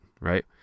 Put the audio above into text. right